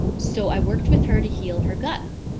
so i worked with her to heal her gut.